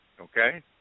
okay